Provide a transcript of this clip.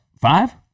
five